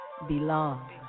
Belong